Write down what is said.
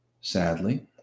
Sadly